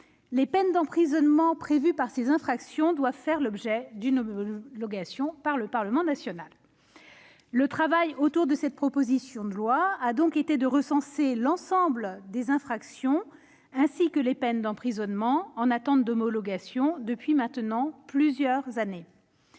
les peines d'emprisonnement prévues par ces infractions doivent faire l'objet d'une homologation par le Parlement national. Le travail autour de cette proposition de loi a donc été de recenser l'ensemble des infractions, ainsi que les peines d'emprisonnement en attente d'homologation depuis maintenant plusieurs années.